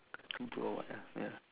I think blue or white ah ya